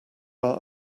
are